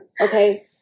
Okay